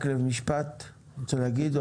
מקלב, משפט, אתה רוצה להגיד?